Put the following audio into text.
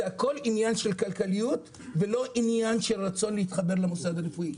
זה הכול עניין של כלכליות ולא עניין של רצון להתחבר למוסד הרפואי.